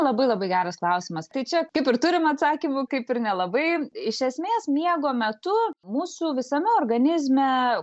labai labai geras klausimas tai čia kaip ir turim atsakymų kaip ir nelabai iš esmės miego metu mūsų visame organizme